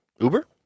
Uber